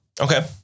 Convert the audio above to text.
Okay